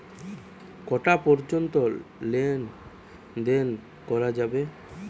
কটা পর্যন্ত লেন দেন করা যাবে?